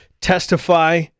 testify